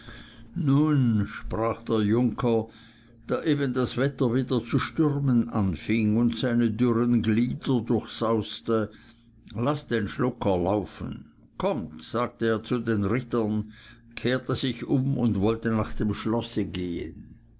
nun sprach der junker da eben das wetter wieder zu stürmen anfing und seine dürren glieder durchsauste laßt den schlucker laufen kommt sagte er zu den rittern kehrte sich um und wollte nach dem schlosse gehen